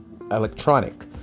electronic